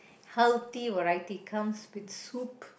healthy variety comes with soup